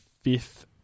fifth